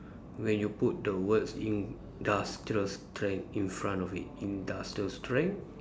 when you put the words industrial strength in front of it industrial strength